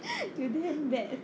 you damn bad